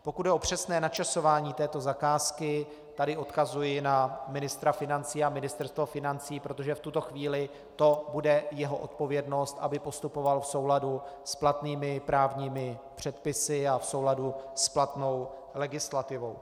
Pokud jde o přesné načasování této zakázky, tady odkazuji na ministra financí a Ministerstvo financí, protože v tuto chvíli to bude jeho odpovědnost, aby postupoval v souladu s platnými právními předpisy a v souladu s platnou legislativou.